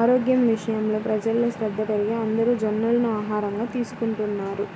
ఆరోగ్యం విషయంలో ప్రజల్లో శ్రద్ధ పెరిగి అందరూ జొన్నలను ఆహారంగా తీసుకుంటున్నారు